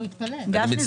גפני,